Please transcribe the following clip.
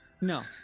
no